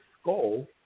skull